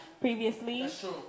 Previously